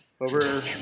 over